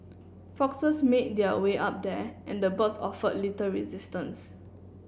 foxes made their way up there and the birds offered little resistance